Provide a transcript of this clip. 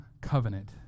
Covenant